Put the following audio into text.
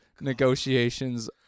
negotiations